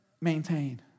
maintain